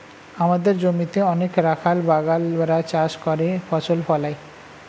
আমাদের জমিতে অনেক রাখাল বাগাল রা চাষ করে ফসল ফলায়